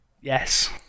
yes